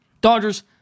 Dodgers